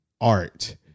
art